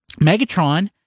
megatron